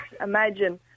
imagine